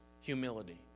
humility